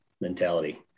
mentality